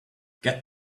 get